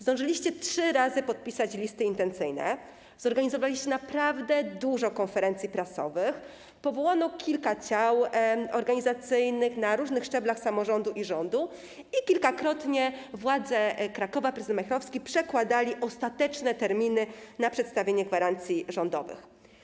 Zdążyliście trzy razy podpisać listy intencyjne, zorganizowaliście naprawdę dużo konferencji prasowych, powołano kilka ciał organizacyjnych na różnych szczeblach: samorządu i rządu, a władze Krakowa, prezydent Majchrowski kilkakrotnie przekładali ostateczne terminy na przedstawienie gwarancji rządowych.